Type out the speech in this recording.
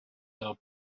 del